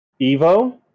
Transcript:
Evo